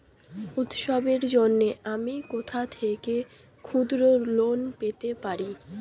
উৎসবের জন্য আমি কোথা থেকে ক্ষুদ্র লোন পেতে পারি?